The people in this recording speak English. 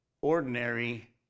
ordinary